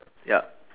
ya